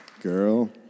Girl